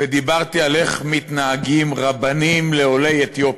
ודיברתי על איך מתנהגים רבנים לעולי אתיופיה.